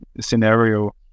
scenario